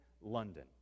London